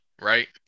right